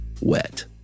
wet